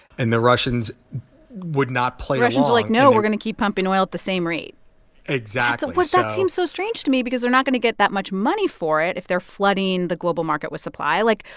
and the russians would not play russians are like, no, we're going to keep pumping oil at the same rate exactly that seems so strange to me because they're not going to get that much money for it if they're flooding the global market with supply. like,